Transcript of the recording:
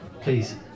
please